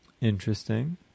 interesting